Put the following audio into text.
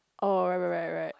oh right right right right